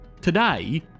Today